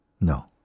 No